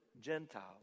Gentiles